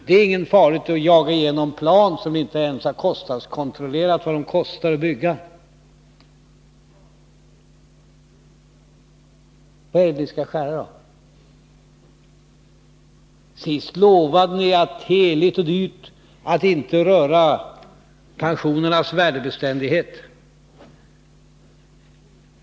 Det är farligt att jaga igenom beslut om plan, fastän man inte ens har kontrollerat vad det kostar att bygga! Men var är det vi skall skära? Sist lovade ni heligt och dyrt att inte röra pensionernas värdebeständighet.